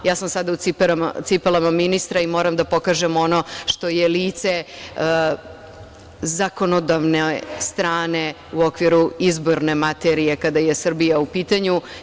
Sada sam u cipelama ministra i moram da pokažem ono što je lice zakonodavne strane u okviru izborne materije, kada je Srbija u pitanju.